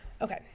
okay